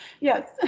Yes